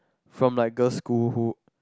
from like girls school who